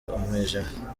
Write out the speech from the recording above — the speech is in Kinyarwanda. umwijima